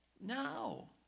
No